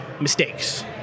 mistakes